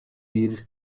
бир